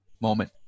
moment